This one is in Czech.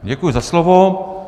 Děkuji za slovo.